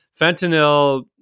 fentanyl